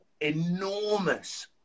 enormous